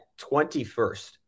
21st